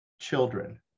children